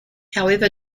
however